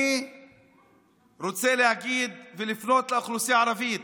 אני רוצה להגיד ולפנות לאוכלוסייה הערבית: